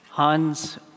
Hans